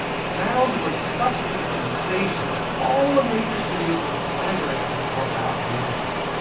sound was such a sensation that all the major studios were clamoring to pump out musicals.